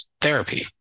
therapy